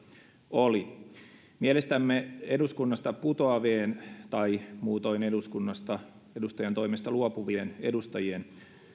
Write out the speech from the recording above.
oli mielestämme eduskunnasta putoavien tai muutoin edustajantoimesta luopuvien edustajien